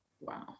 Wow